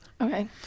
Okay